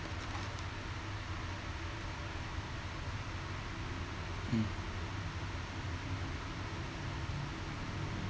mm